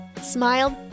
smiled